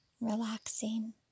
relaxing